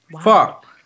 fuck